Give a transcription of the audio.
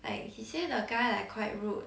like he say the guy like quite rude